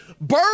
Bird